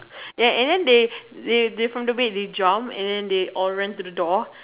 ya and then they from to bed they jump and then they all ran to the door